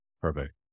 perfect